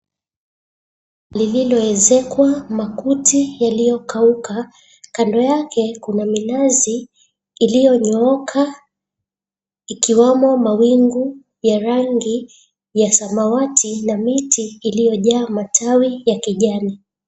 Lililoezekwa makuti yaliyokauka. Kando yake kuna minazi iliyonyooka ikiwamo mawingu ya rangi ya samawati na miti iliyojaa matawi ya kijani.